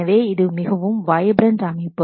எனவே இது மிகவும் வைப்ரன்ட் அமைப்பு